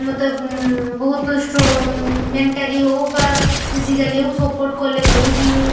ମୋତେ ବହୁତ ମେଣ୍ଟାଲି ହଉ ବା ଫିଜିକାଲି ହଉ ସପୋର୍ଟ କଲେ ବହୁତ ମୁଁ